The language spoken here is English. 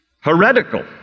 heretical